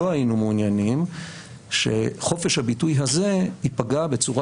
לא היינו מעוניינים שחופש הביטוי הזה ייפגע בצורה